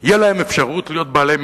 תהיה אפשרות להיות בעלות מניות.